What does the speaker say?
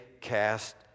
cast